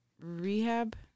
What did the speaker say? rehab